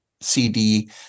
CD